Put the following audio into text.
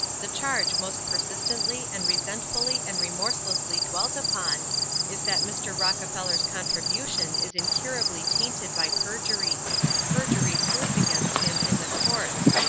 the charge most persistently and resentfully and remorselessly dwelt upon is that mr. rockefeller's contribution is incurably tainted by perjury perjury proved against him in the courts.